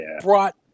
brought